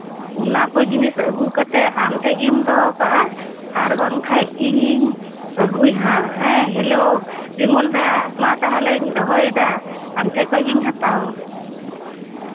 ᱚᱱᱟᱠᱚ ᱡᱤᱱᱤᱥ ᱟᱹᱜᱩ ᱠᱟᱛᱮᱫ ᱟᱢᱴᱷᱮᱡ ᱜᱮᱢ ᱫᱚᱦᱚ ᱠᱟᱜᱼᱟ ᱟᱨ ᱵᱟᱝᱠᱷᱟᱱ ᱤᱧᱤᱧ ᱟᱹᱜᱩᱭᱟ ᱦᱟᱸᱜ ᱦᱮᱸ ᱦᱮᱞᱳ ᱵᱤᱢᱚᱞ ᱫᱟ ᱢᱟ ᱛᱟᱦᱚᱞᱮᱧ ᱫᱚᱦᱚᱭᱮᱫᱟ ᱟᱢ ᱴᱷᱮᱱ ᱠᱷᱚᱱ ᱜᱤᱧ ᱦᱟᱛᱟᱣᱟ